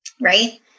right